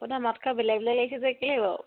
মাতশাৰ বেলেগ বেলেগ লাগিছে